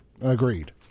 Agreed